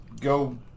go